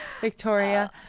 Victoria